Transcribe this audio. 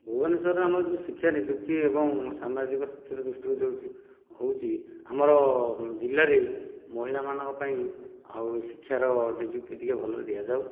ଭୂବନେଶ୍ୱରରେ ଆମର ଯେଉଁ ଶିକ୍ଷା ନିଯୁକ୍ତି ଏବଂ ସାମାଜିକ ସ୍ଥିତି ଦୃଷ୍ଟିରୁ ହେଉଛି ଆମର ଜିଲ୍ଲାରେ ମହିଳା ମାନଙ୍କ ପାଇଁ ଆଉ ଶିକ୍ଷାର ନିଯୁକ୍ତି ଟିକେ ଭଲରେ ଦିଆଯାଉ